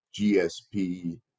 GSP